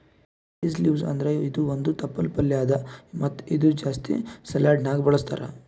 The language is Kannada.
ಲೆಟಿಸ್ ಲೀವ್ಸ್ ಅಂದುರ್ ಇದು ಒಂದ್ ತಪ್ಪಲ್ ಪಲ್ಯಾ ಅದಾ ಮತ್ತ ಇದು ಜಾಸ್ತಿ ಸಲಾಡ್ನ್ಯಾಗ ಬಳಸ್ತಾರ್